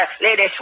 Lady